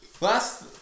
Last